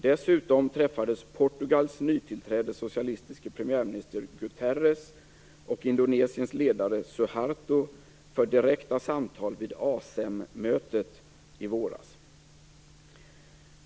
Dessutom träffades Portugals nytillträdde socialistiske premiärminister Guterres och Indonesiens ledare Suharto för direkta samtal vid ASEM-mötet i våras.